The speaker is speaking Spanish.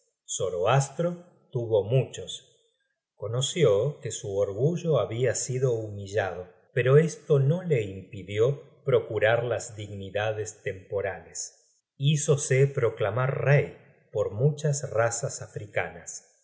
cosas zoroastro tuvo muchos conoció que su orgullo habia sido humillado pero esto no le impidió procurar las dignidades temporales hízose proclamar rey por muchas razas africanas la